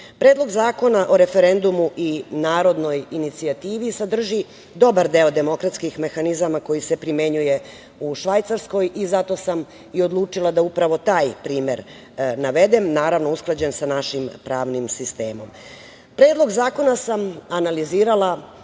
zakona o referendumu i narodnoj inicijativi sadrži dobar deo demokratskih mehanizama koji se primenjuje u Švajcarskoj. Zato sam odlučila da upravo taj primer navedem, naravno usklađen sa našim pravnim sistemom. Predlog zakona sam analizirala